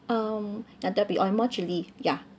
um that that be on more chilli ya